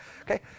okay